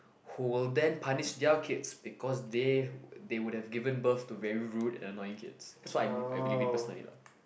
who will then punish their kids because they they would have given birth to very rude and annoying kids that's why I beli~ I believe in personally lah